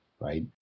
right